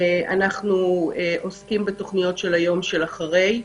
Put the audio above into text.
אנחנו עוסקים בתוכניות היום שאחרי,